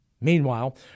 Meanwhile